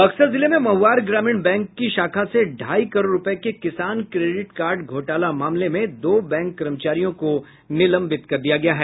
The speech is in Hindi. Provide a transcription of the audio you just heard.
बक्सर जिले में महुआर ग्रामीण बैंक की शाखा से ढाई करोड़ रूपये के किसान क्रेडिट कार्ड घोटाला मामले में दो बैंक कर्मचारियों को निलंबित कर दिया गया है